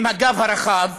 עם הגב הרחב,